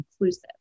inclusive